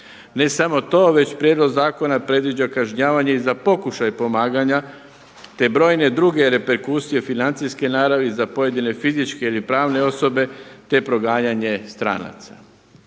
Ne samo to, već prijedlog zakona predviđa kažnjavanje za pokušaj pomaganja, te brojne druge reperkusije financijske naravi za pojedine fizičke ili pravne osobe, te proganjanje stranaca.